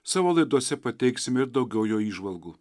savo laidose pateiksime ir daugiau jo įžvalgų